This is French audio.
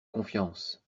confiance